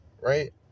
right